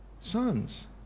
sons